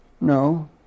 No